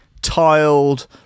tiled